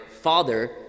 father